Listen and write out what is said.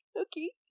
Okay